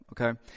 okay